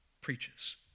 preaches